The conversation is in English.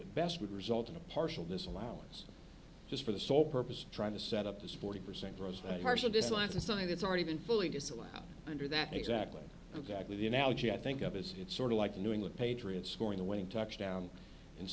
best would result in a partial disallowance just for the sole purpose of trying to set up this forty percent gross margin of this last in something that's already been fully disallowed under that exactly exactly the analogy i think of as it's sort of like the new england patriots scoring the winning touchdown and